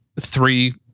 three